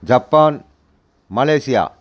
Japan Malaysia